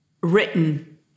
written